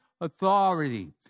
authority